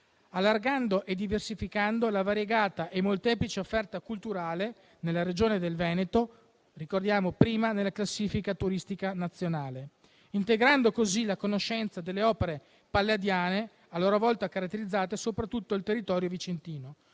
allargando e diversificando la variegata e molteplice offerta culturale nella Regione del Veneto (ricordiamo prima nella classifica turistica nazionale), integrando così la conoscenza delle opere palladiane, a loro volta caratterizzanti soprattutto il territorio vicentino,